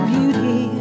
Beauty